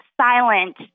silent